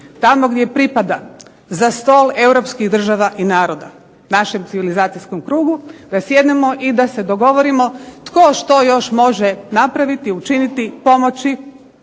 tamo gdje pripada, za stol europskih država i naroda, našem civilizacijskom krugu, da sjednemo i da se dogovorimo tko što još može napraviti, učiniti, pomoći